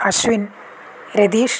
अश्विनः रिदीशः